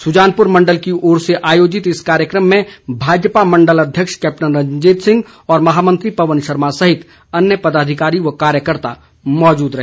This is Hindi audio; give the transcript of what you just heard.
सुजानपुर मंडल की और से आयोजित इस कार्यक्रम में भाजपा मंडल अध्यक्ष कैप्टन रंजीत सिंह और महामंत्री पवन शर्मा सहित अन्य पदाधिकारी व कार्यकर्ता मौजूद रहे